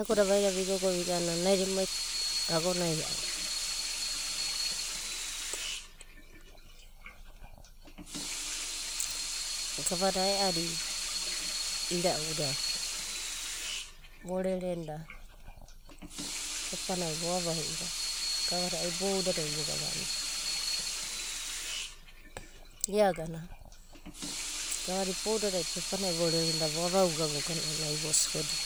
Agodavaida vi gogo vi gana, nai emai agona, gavada ai'adi, irauda, vorerenda, pepana vo avauga. Gavada iboudada vo gavandia. ia gana, gavada boudada pepanai vo rerenda vo avauga vogana ai vo sodi.